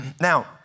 Now